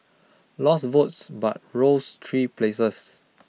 lost votes but rose three places